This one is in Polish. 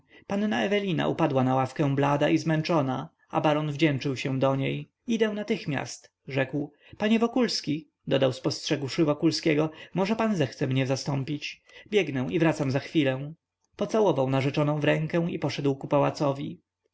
głowę panna ewelina upadła na ławkę blada i zmęczona a baron wdzięczył się do niej idę natychmiast rzekł panie wokulski dodał spostrzegłszy wokulskiego może pan zechce mnie zastąpić biegnę i wracam za chwilę pocałował narzeczoną w rękę i poszedł ku pałacowi